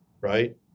right